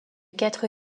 quatre